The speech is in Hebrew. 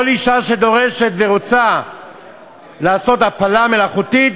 כל אישה שדורשת ורוצה לעשות הפלה מלאכותית,